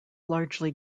largely